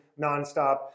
nonstop